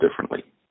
differently